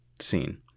seen